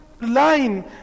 line